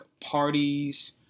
parties